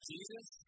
Jesus